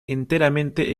enteramente